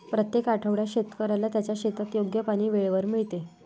प्रत्येक आठवड्यात शेतकऱ्याला त्याच्या शेतात योग्य पाणी वेळेवर मिळते